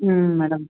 ಹ್ಞೂ ಮೇಡಮ್